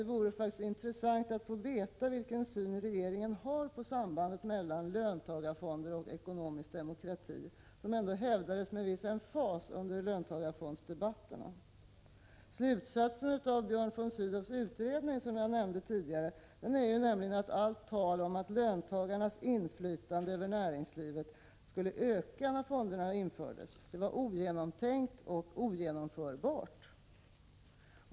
Det vore faktiskt intressant att få veta vilken syn regeringen har på sambandet mellan löntagarfonder och ekonomisk demokrati, som ändå hävdades med viss emfas under löntagarfondsdebatterna. Slutsatsen av Björn von Sydows utredning, som jag tidigare nämnde, är ju nämligen att allt tal om att löntagarnas inflytande över näringslivet skulle öka när fonderna infördes. Det var ogenomtänkt och ogenomförbart.